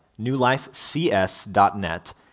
newlifecs.net